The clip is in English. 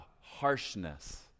harshness